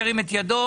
ירים את ידו.